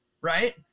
right